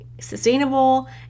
sustainable